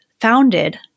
founded